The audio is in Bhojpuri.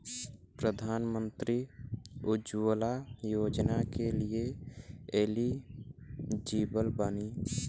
प्रधानमंत्री उज्जवला योजना के लिए एलिजिबल बानी?